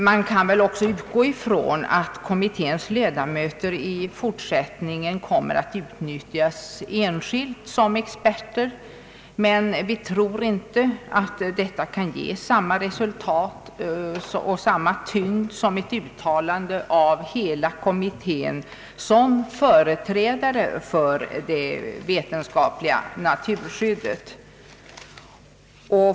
Man kan väl utgå från att kommitténs ledamöter i fortsättningen kommer att utnyttjas enskilt som experter, men vi tror inte att detta kan ge samma resultat och samma tyngd som ett uttalande av hela kommittén såsom företrädare för det vetenskapliga naturskyddet.